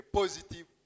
positive